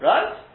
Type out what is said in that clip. Right